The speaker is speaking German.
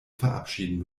verabschieden